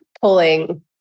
pulling